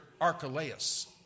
Archelaus